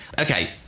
Okay